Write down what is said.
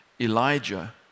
Elijah